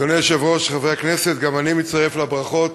אדוני היושב-ראש, חברי הכנסת, גם אני מצטרף לברכות